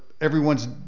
everyone's